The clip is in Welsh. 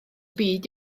byd